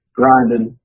grinding